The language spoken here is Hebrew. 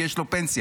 כי יש לו פנסיה.